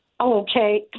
Okay